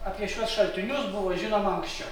apie šiuos šaltinius buvo žinoma anksčiau